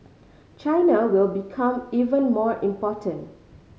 China will become even more important